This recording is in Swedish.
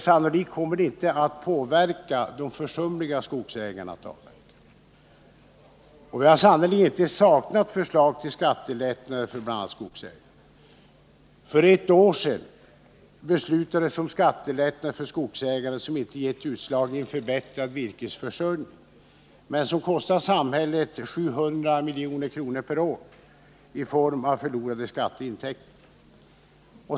Sannolikt kommer förslaget inte att påverka de försumliga skogsägarna att avverka. Vi har sannerligen inte saknat förslag till skattelättnader för skogsägarna. För ett år sedan beslutades om skattelättnader för skogsägare, vilket inte gett utslag i en förbättrad virkesförsörjning, men väl kostat samhället 700 milj.kr. per år i form av förlorade skatteintäkter.